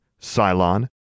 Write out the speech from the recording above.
Cylon